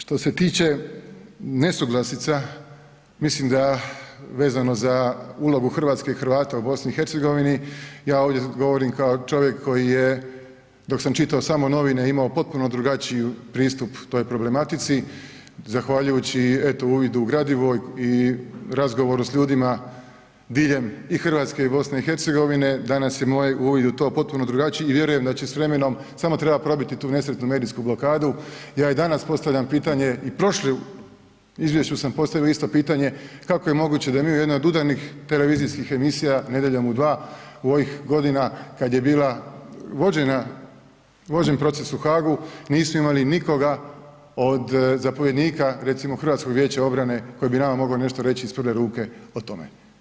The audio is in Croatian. Što se tiče nesuglasica, mislim da vezano za ulogu RH i Hrvata u BiH, ja ovdje govorim kao čovjek koji je, dok sam čitao samo novine, imao potpuno drugačiji pristup toj problematici, zahvaljujući eto uvidu u gradivo i razgovoru s ljudima diljem i RH i BiH, danas je moj uvid u to potpuno drugačiji i vjerujem da će s vremenom, samo treba probiti tu nesretnu medijsku blokadu, ja i danas postavljam pitanje i u prošlom izvješću sam postavio isto pitanje, kako je moguće da mi u jednoj od udarnih televizijskih emisija Nedjeljom u 2 ovih godina kad je bila vođena, vođen proces u Hagu, nisu imali nikoga od zapovjednika, recimo Hrvatskog vijeća obrane koji bi nama mogo nama nešto reći iz prve ruke o tome.